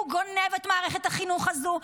הוא גונב את מערכת החינוך הזו,